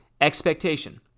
expectation